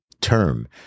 term